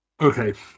okay